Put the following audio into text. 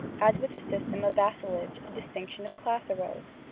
as with the system of vassalage a distinction of class arose.